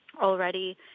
already